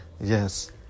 Yes